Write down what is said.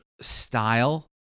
style